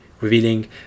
revealing